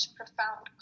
profound